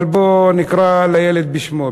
אבל בואו ונקרא לילד בשמו.